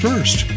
First